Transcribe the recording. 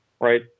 right